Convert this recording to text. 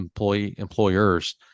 employers